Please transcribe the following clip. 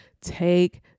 take